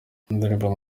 indirimbo